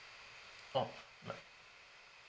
oh my